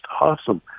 awesome